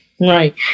right